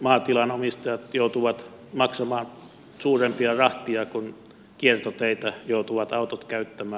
maatilanomistajat joutuvat maksamaan suurempia rahteja kun autot joutuvat kiertoteitä käyttämään